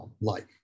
life